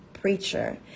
preacher